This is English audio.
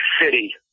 City